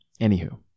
Anywho